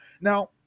Now